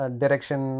direction